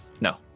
No